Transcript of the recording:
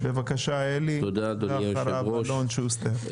בבקשה, אלי, ואחריו אלון שוסטר.